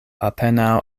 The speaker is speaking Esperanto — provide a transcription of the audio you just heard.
apenaŭ